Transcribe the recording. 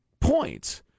points